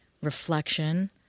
reflection